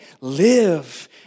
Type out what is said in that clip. live